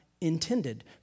intended